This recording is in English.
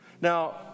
Now